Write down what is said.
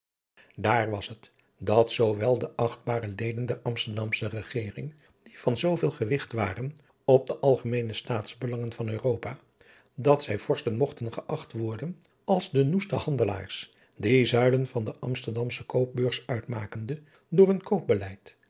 daar was het dat zoowel de achtbare leden der amsterdamsche regering die van zooveel gewigt waren op de algemeene staatsbelangen van europa dat zij vorsten mogten geacht worden als de noeste handelaars die zuilen van de amsterdamsche koopbeurs uitmakende door hun